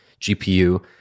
GPU